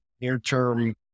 near-term